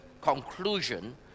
conclusion